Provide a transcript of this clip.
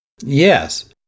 Yes